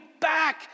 back